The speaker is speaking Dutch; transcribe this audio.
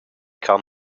kan